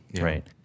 Right